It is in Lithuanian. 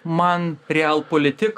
man real politik